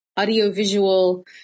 audiovisual